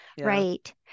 Right